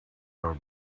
are